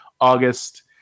August